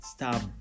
stop